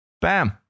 Bam